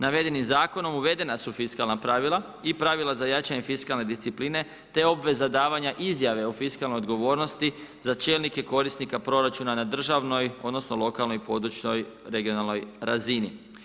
Navedenim zakonom uvedena su fiskalna pravila i pravila za jačanje fiskalne discipline te obveza davanja izjave o fiskalnoj odgovornosti za čelnike korisnika proračuna na državnoj, odnosno lokalnoj i područnoj, regionalnoj razini.